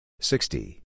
Sixty